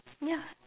ya